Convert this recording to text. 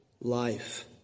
life